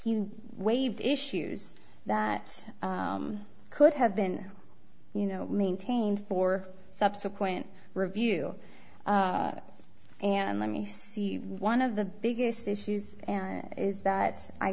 you waived issues that could have been you know maintained for subsequent review and let me see one of the biggest issues and is that i